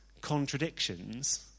contradictions